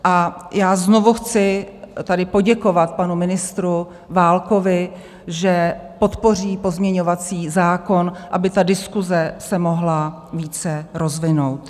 A já znovu chci tady poděkovat panu ministru Válkovi, že podpoří pozměňovací zákon , aby diskuse se mohla více rozvinout.